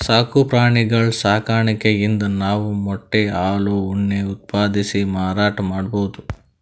ಸಾಕು ಪ್ರಾಣಿಗಳ್ ಸಾಕಾಣಿಕೆಯಿಂದ್ ನಾವ್ ಮೊಟ್ಟೆ ಹಾಲ್ ಉಣ್ಣೆ ಉತ್ಪಾದಿಸಿ ಮಾರಾಟ್ ಮಾಡ್ಬಹುದ್